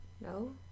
No